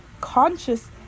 conscious